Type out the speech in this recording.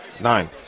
nine